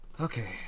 Okay